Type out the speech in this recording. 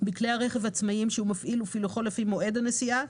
בכלי הרכב העצמאיים שהוא מפעיל ופילוחו לפי מועד הנסיעה,